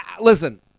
listen